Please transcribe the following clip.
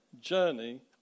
journey